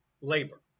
labor